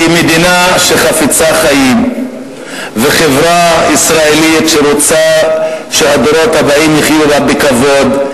כי מדינה שחפצה חיים וחברה ישראלית שרוצה שהדורות הבאים יחיו בה בכבוד,